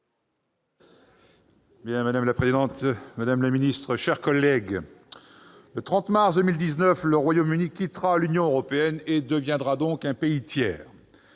Madame la présidente, madame la ministre, mes chers collègues, le 30 mars 2019, le Royaume-Uni quittera l'Union européenne et deviendra donc un pays tiers.